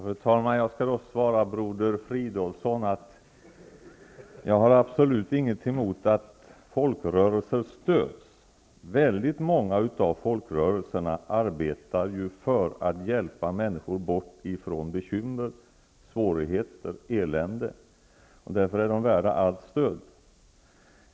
Fru talman! Jag skall svara broder Fridolfsson att jag absolut inte har någonting emot att folkrörelser stöds. Väldigt många av folkrörelserna arbetar ju för att hjälpa människor bort ifrån bekymmer, svårigheter och elände. Därför är folkrörelserna värda allt stöd.